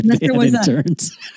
Interns